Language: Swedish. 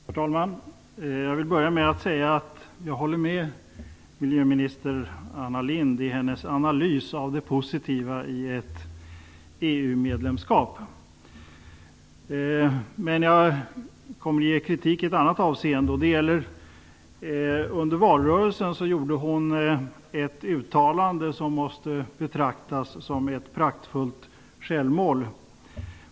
Herr talman! Jag vill börja med att säga att jag håller med miljöminister Anna Lindh i hennes analys av det positiva i ett EU-medlemskap. Men jag kommer att framföra kritik mot henne i ett annat avseende. Under valrörelsen gjorde Anna Lindh ett uttalande som måste betraktas som ett praktfullt självmål.